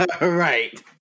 right